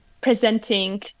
presenting